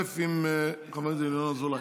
התחלף עם חבר הכנסת ינון אזולאי.